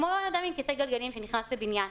כמו אדם עם כיסא גלגלים שנכנס לבניין.